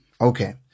Okay